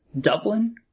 Dublin